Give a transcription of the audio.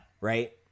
Right